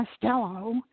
Castello